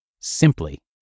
Simply